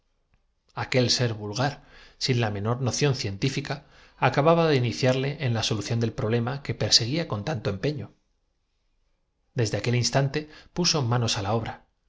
aquel sér vulgar sin la menor noción científica acaba ba de iniciarle en la solución del problema que perse extrayendo aire de los recipientes con la máquina neumática para su análisis y descomposición pero guía con tanto empeño desde aquel instante puso manos á la obra la